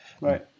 Right